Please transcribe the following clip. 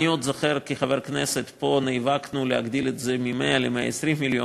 אני עוד זוכר שכחבר כנסת נאבקנו פה להגדיל את זה מ-100 ל-120 מיליון,